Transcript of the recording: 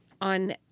on